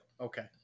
Okay